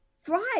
thrive